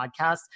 podcast